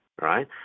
right